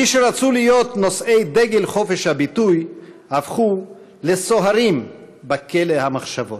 מי שרצו להיות נושאי דגל חופש הביטוי הפכו לסוהרים בכלא המחשבות.